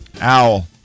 Owl